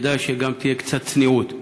כדאי שתהיה גם קצת צניעות.